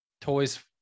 toys